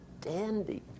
dandy